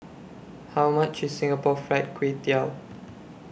How much IS Singapore Fried Kway Tiao